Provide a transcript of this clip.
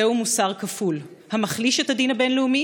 זהו מוסר כפול המחליש את הדין הבין-לאומי